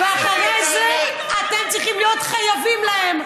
ואחרי זה אתם צריכים להיות חייבים להם.